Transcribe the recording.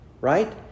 right